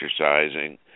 exercising